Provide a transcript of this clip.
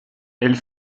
elle